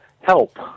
help